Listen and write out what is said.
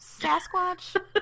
Sasquatch